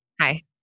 Hi